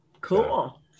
Cool